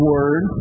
Word